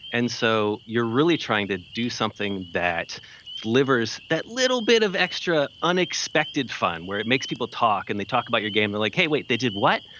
and so you're really trying to do something that delivers that little bit of extra, unexpected fun where it makes people talk. and they talk about your game, they're like, hey wait, they did what?